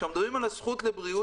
כשאנחנו מדברים על הזכות לבריאות,